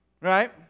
right